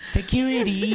Security